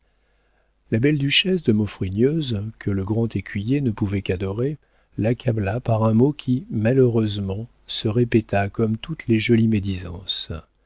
la belle duchesse de maufrigneuse que le grand écuyer ne pouvait qu'adorer l'accabla par un mot qui malheureusement se répéta comme toutes les jolies médisances